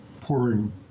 pouring